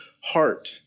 heart